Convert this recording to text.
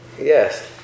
Yes